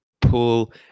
pull